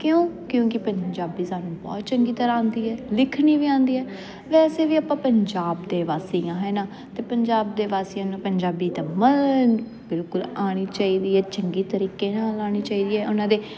ਕਿਉਂ ਕਿਉਂਕਿ ਪੰਜਾਬੀ ਸਾਨੂੰ ਬਹੁਤ ਚੰਗੀ ਤਰ੍ਹਾਂ ਆਉਂਦੀ ਹੈ ਲਿਖਣੀ ਵੀ ਆਉਂਦੀ ਹੈ ਵੈਸੇ ਵੀ ਆਪਾਂ ਪੰਜਾਬ ਦੇ ਵਾਸੀ ਹਾਂ ਹੈ ਨਾ ਅਤੇ ਪੰਜਾਬ ਦੇ ਵਾਸੀਆਂ ਨੂੰ ਪੰਜਾਬੀ ਤਾਂ ਬਿਲਕੁਲ ਆਉਣੀ ਚਾਹੀਦੀ ਹੈ ਚੰਗੀ ਤਰੀਕੇ ਨਾਲ ਆਉਣੀ ਚਾਹੀਦੀ ਹੈ ਉਹਨਾਂ ਦੇ